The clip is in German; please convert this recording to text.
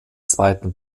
zweiten